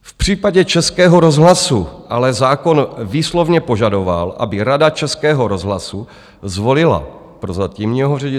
V případě Českého rozhlasu ale zákon výslovně požadoval, aby Rada Českého rozhlasu zvolila prozatímního ředitele.